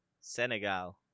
Senegal